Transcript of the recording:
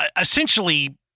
essentially